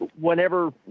whenever